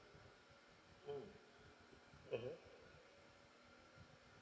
mm mmhmm